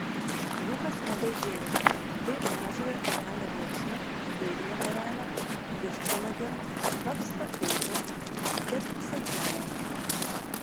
jų kasmet daugėja tai mažojo erelio rėksnio jūrinio erelio vištvanagio vapsvaėdžio sketsakalio